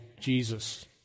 Jesus